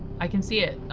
i can see it!